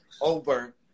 over